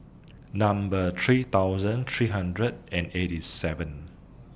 Number three thousand three hundred and eighty seven